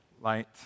light